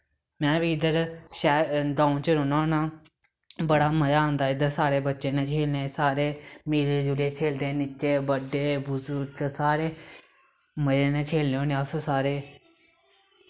में बी इद्धर शैह् गांव च रौह्न्ना होन्ना बड़ा मज़ा आंदा इद्धर सारे बच्चें ने खेलने सारे मिली जुलियै खेलदे निक्के बड्डे बजुर्ग सारे मज़े ने खेलने होन्ने अस सारे